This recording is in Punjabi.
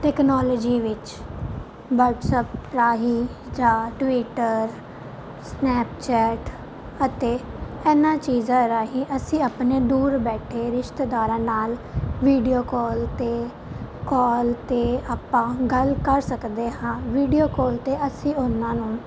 ਟੈਕਨੋਲੋਜੀ ਵਿੱਚ ਵਟਸਅੱਪ ਰਾਹੀਂ ਜਾਂ ਟਵੀਟਰ ਸਨੈਪਚੈਟ ਅਤੇ ਇਹਨਾਂ ਚੀਜ਼ਾਂ ਰਾਹੀਂ ਅਸੀਂ ਆਪਣੇ ਦੂਰ ਬੈਠੇ ਰਿਸ਼ਤੇਦਾਰਾਂ ਨਾਲ ਵੀਡੀਓ ਕੋਲ 'ਤੇ ਕੋਲ 'ਤੇ ਆਪਾਂ ਗੱਲ ਕਰ ਸਕਦੇ ਹਾਂ ਵੀਡੀਓ ਕੋਲ 'ਤੇ ਅਸੀਂ ਉਹਨਾਂ ਨੂੰ